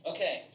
Okay